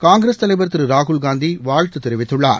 காங்கிரஸ் தலைவர் திருராகுல்காந்திவாழ்த்துதெரிவித்துள்ளார்